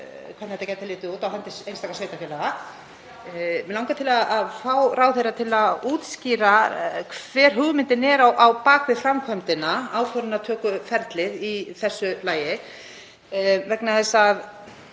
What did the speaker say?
hvernig þetta gæti litið út, á hendi einstakra sveitarfélaga? Mig langar til að fá ráðherra til að útskýra hver hugmyndin er á bak við framkvæmdina, ákvörðunartökuferlið, í þessu lagi. Það